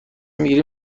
میگیریم